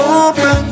open